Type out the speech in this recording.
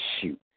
shoot